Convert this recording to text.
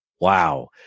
wow